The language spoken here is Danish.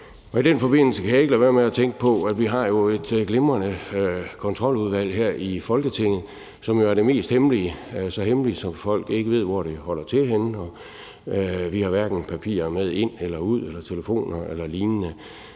I den forbindelse kan jeg ikke lade være med at tænke på, at vi jo har et glimrende Kontroludvalg her i Folketinget, som jo er det mest hemmelige – så hemmeligt, at folk ikke ved, hvor det holder til henne – og vi har hverken papirer med ind eller ud eller telefoner eller lignende.